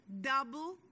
double